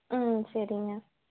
ம் சரிங்க